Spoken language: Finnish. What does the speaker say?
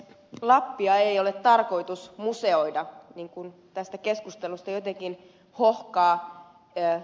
lappia ei ole tarkoitus museoida niin kuin tästä keskustelusta jotenkin hohkaa ilmi